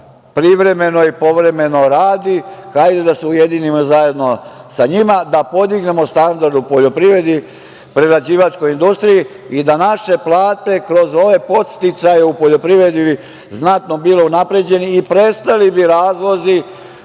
privremeno i povremeno radi, hajde da se ujedinimo zajedno sa njima, da podignemo standard u poljoprivredi, prerađivačkoj industriji i da naše plate, kroz ove podsticaje u poljoprivredi znatno budu unapređeni i prestali bi razlozi